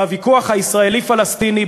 בוויכוח הישראלי פלסטיני,